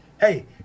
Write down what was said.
Hey